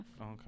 Okay